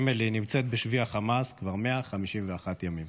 אמילי נמצאת בשבי החמאס כבר 151 ימים.